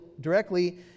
directly